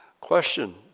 question